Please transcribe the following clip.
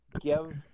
give